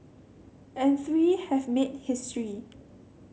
and three have made history